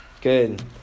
Good